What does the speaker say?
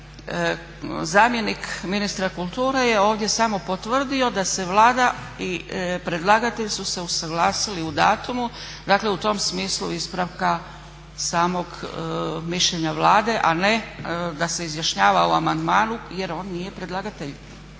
Zamjenik ministra kulture je ovdje samo potvrdio da se Vlada i predlagatelj su se usuglasili u datumu, dakle u tom smislu ispravka samog mišljenja Vlade, a ne da se izjašnjava o amandmanu jer on nije predlagatelj.